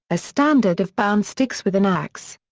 a standard of bound sticks with an ax.